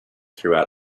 throughout